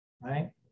Right